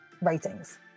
ratings